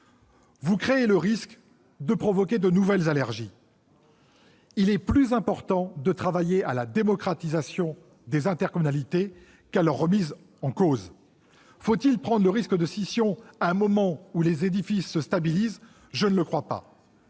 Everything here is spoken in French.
vous prenez le risque de provoquer de nouvelles allergies. Il est plus important de travailler à la démocratisation des intercommunalités qu'à leur remise en cause. Faut-il prendre le risque de scission à un moment où les édifices se stabilisent ? Je ne le crois pas.